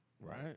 Right